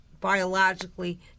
Biologically